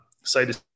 excited